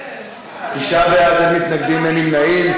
אין מתנגדים, אין נמנעים.